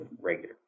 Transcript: regular